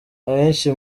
abenshi